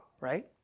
right